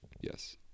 Yes